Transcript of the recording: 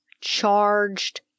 charged